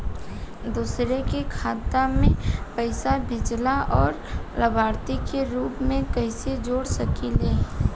दूसरे के खाता में पइसा भेजेला और लभार्थी के रूप में कइसे जोड़ सकिले?